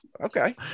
okay